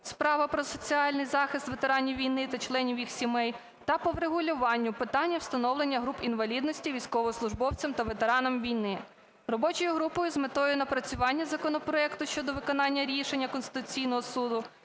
справа про соціальний захист ветеранів війни та членів їх сімей та по врегулюванню питання встановлення груп інвалідності військовослужбовцям та ветеранам війни. Робочою групою з метою напрацювання законопроекту щодо виконання рішення Конституційного Суду